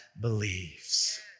believes